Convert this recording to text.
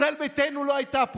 ישראל ביתנו לא הייתה פה.